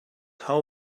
how